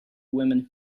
women